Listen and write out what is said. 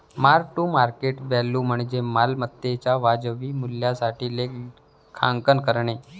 mark to market value म्हणजे मालमत्तेच्या वाजवी मूल्यासाठी लेखांकन करणे